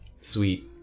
sweet